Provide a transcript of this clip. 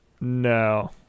No